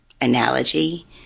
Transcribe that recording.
analogy